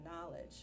knowledge